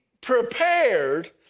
prepared